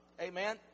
amen